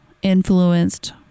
influenced